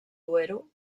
duero